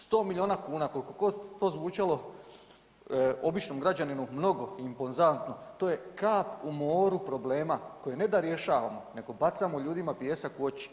100 milijuna kuna kolikogod to zvučalo običnom građaninu mnoge i impozantno, to je kap u moru problema koje ne da rješavamo nego bacamo ljudima pijesak u oči.